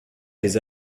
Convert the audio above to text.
des